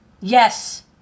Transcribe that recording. Yes